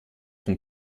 von